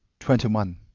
twenty one.